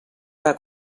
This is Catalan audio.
ara